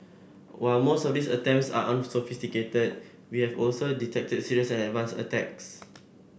while most of these attempts are unsophisticated we have also detected serious and advanced attacks